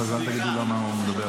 אחרי זה אל תגידו למה הוא מדבר.